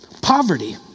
Poverty